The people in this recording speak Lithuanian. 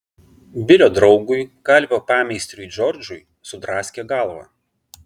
bilio draugui kalvio pameistriui džordžui sudraskė galvą